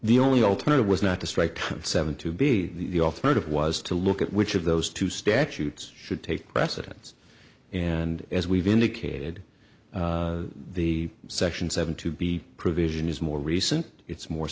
the only alternative was not the strike seven to be the alternative was to look at which of those two statutes should take precedence and as we've indicated the section seven to be provision is more recent it's more